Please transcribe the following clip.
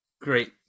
great